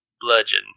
bludgeon